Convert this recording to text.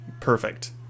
Perfect